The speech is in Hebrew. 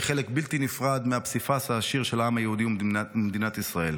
היא חלק בלתי נפרד מהפסיפס העשיר של העם היהודי וממדינת ישראל.